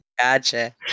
Gotcha